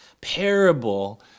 parable